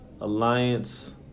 Alliance